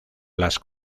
las